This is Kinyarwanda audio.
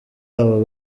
abo